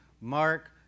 Mark